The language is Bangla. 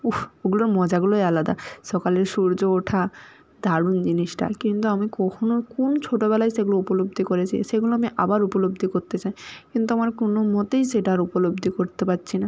উফ ওগুলোর মজাগুলোই আলাদা সকালের সূর্য ওঠা দারুণ জিনিসটা কিন্তু আমি কখনও কোন ছোটোবেলায় সেগুলো উপলব্ধি করেছি সেগুলো আমি আবার উপলব্ধি করতে চায় কিন্তু আমার কোনো মতেই সেটা আর উপলব্ধি করতে পারছি না